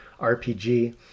RPG